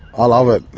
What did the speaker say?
ah love it.